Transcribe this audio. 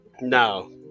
No